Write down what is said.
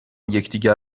یکدیگر